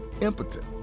impotent